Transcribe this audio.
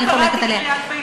אני רק קראתי קריאת ביניים,